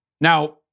Now